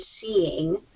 seeing